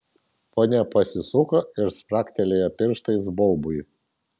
ponia pasisuko ir spragtelėjo pirštais baubui